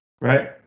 Right